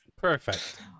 Perfect